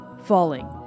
Falling